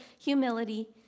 humility